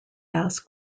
ask